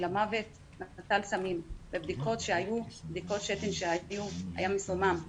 נטל סמים, בבדיקות שתן שהיו הוא היה מסומם.